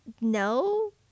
No